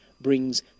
brings